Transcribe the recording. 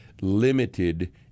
limited